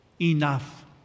enough